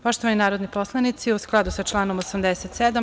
Poštovani narodni poslanici, u skladu sa članom 87.